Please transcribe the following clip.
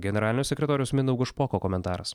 generalinio sekretoriaus mindaugo špoko komentaras